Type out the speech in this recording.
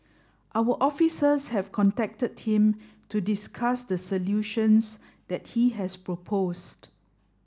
our officers have contacted him to discuss the solutions that he has proposed